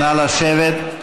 נא לשבת.